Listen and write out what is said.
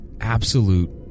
absolute